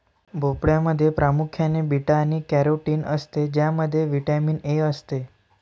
भोपळ्यामध्ये प्रामुख्याने बीटा आणि कॅरोटीन असते ज्यामध्ये व्हिटॅमिन ए असते